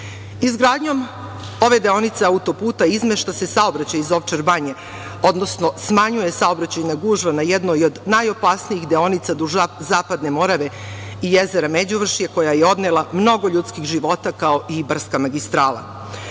ove deonice autoputa izmešta se saobraćaj iz Ovčar banje, odnosno smanjuje saobraćajna gužva na jednoj od najopasnijih deonica duž Zapadne Morave i jezera Međuvršje, koja je odnela mnogo ljudskih života kao i Ibarska magistrala. Moglo